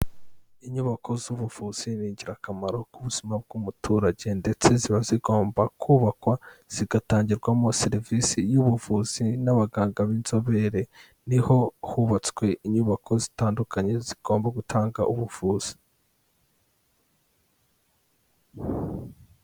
Inyubako z'ubuvuzi ni ingirakamaro ku buzima bw'umuturage, ndetse ziba zigomba kubakwa zigatangirwamo serivisi y'ubuvuzi n'abaganga b'inzobere. Ni ho hubatswe inyubako zitandukanye zigomba gutanga ubuvuzi.